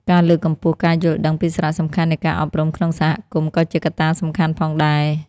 ការលើកកម្ពស់ការយល់ដឹងពីសារៈសំខាន់នៃការអប់រំក្នុងសហគមន៍ក៏ជាកត្តាសំខាន់ផងដែរ។